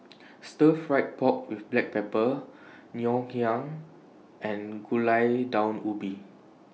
Stir Fried Pork with Black Pepper Ngoh Hiang and Gulai Daun Ubi